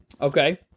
Okay